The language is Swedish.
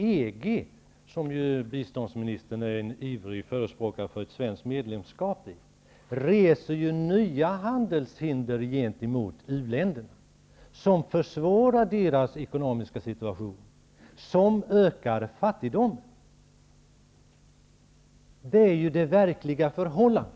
EG, som ju biståndsministern är en ivrig förespråkare för ett svenskt medlemskap i, reser nya handelshinder gentemot u-länderna, och detta försvårar uländernas ekonomiska situation och ökar fattigdomen. Det är ju det verkliga förhållandet.